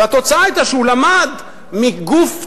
והתוצאה היתה שהוא למד מגוף זר,